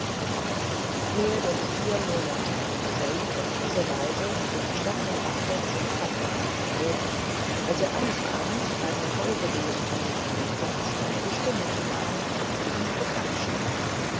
mehr denn vier monate hatte said auf diese weise zum erstaunen bagdads seine tapferkeit erprobt als er eines abends beim nachhausegehen von dem kampfplatz einige stimmen vernahm die ihm bekannt schienen